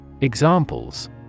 Examples